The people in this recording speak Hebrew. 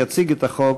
יציג את החוק